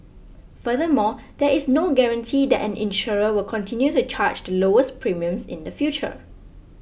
furthermore there is no guarantee that an insurer will continue to charge the lowest premiums in the future